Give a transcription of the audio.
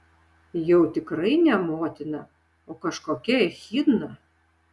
jau tikrai ne motina o kažkokia echidna